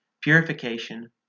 purification